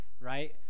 right